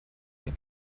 der